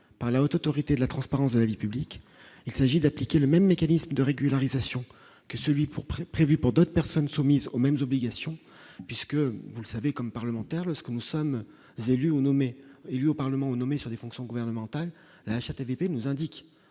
par la Haute autorité de la transparence de la vie publique, il s'agit d'appliquer le même mécanisme de régularisation que celui pour près prévue pour d'autres personnes soumises aux mêmes obligations puisque vous le savez comme parlementaire parce que nous sommes élus ou nommés élu au Parlement ou nommés sur les fonctions gouvernementales. La HATVP nous indique